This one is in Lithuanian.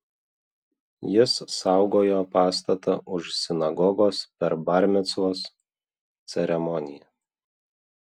jis saugojo pastatą už sinagogos per bar micvos ceremoniją